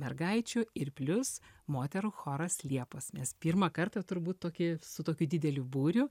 mergaičių ir plius moterų choras liepos nes pirmą kartą turbūt tokį su tokiu dideliu būriu